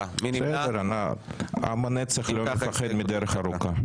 בסדר, עם הנצח לא מפחד מדרך ארוכה.